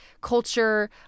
culture